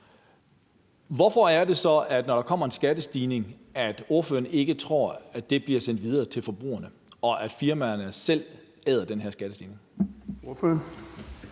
hvorfor er det så, altså når der kommer en skattestigning, at ordføreren ikke tror, at den bliver sendt videre til forbrugerne, men at firmaerne selv æder den her skattestigning?